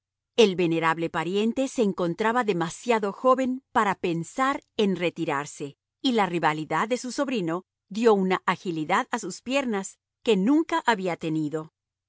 el venerable pariente se encontraba demasiado joven para pensar en retirarse y la rivalidad de su sobrino dio una agilidad a sus piernas que nunca había tenido